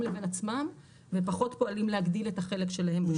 לבין עצמם ופחות פועלים להגדיל את החלק שלהם בשוק.